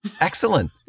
Excellent